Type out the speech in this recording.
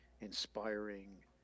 inspiring